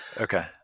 Okay